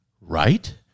Right